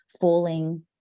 falling